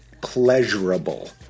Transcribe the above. pleasurable